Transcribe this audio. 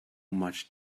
much